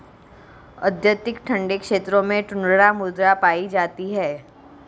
अत्यधिक ठंडे क्षेत्रों में टुण्ड्रा मृदा पाई जाती है